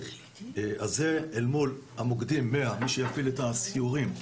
הזה אל מול מוקדי 100 שיפעיל את הסיורים,